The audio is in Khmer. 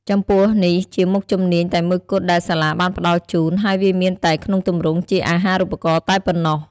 ចំពោះនេះជាមុខជំនាញតែមួយគត់ដែលសាលាបានផ្ដល់ជូនហើយវាមានតែក្នុងទម្រង់ជា អាហារូបករណ៍ តែប៉ុណ្ណោះ។